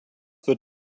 wird